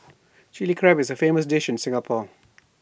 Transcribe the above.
Chilli Crab is A famous dish in Singapore